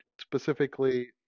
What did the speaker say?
specifically